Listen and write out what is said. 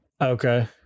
Okay